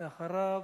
ואחריו,